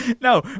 No